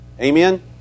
Amen